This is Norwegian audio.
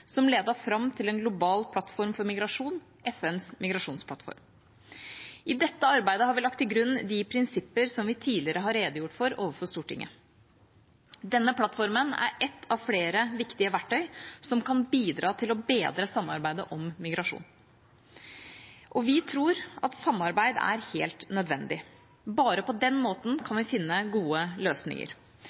som ledet fram til en global plattform for migrasjon – FNs migrasjonsplattform. I dette arbeidet har vi lagt til grunn de prinsipper som vi tidligere har redegjort for overfor Stortinget. Denne plattformen er ett av flere viktige verktøy som kan bidra til å bedre samarbeidet om migrasjon, og vi tror at samarbeid er helt nødvendig. Bare på den måten kan vi finne gode løsninger.